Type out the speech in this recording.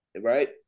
right